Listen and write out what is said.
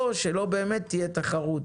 או שלא באמת תהיה תחרות,